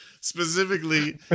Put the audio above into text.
Specifically